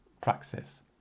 praxis